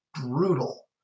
brutal